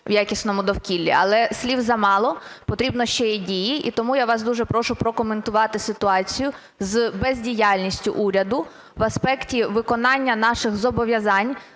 в якісному довкіллі. Але слів замало, потрібно ще і дії. І тому я вас дуже прошу прокоментувати ситуацію з бездіяльністю уряду в аспекті виконання наших зобов'язань